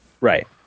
right